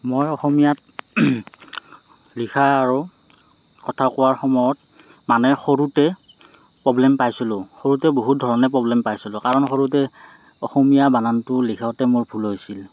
মই অসমীয়াত লিখা আৰু কথা কোৱাৰ সময়ত মানে সৰুতে প্ৰব্লেম পাইছিলোঁ সৰুতে বহুত ধৰণে প্ৰব্লেম পাইছিলোঁ কাৰণ সৰুতে অসমীয়া বানানটো লিখোঁতে মোৰ ভুল হৈছিল